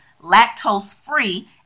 Lactose-free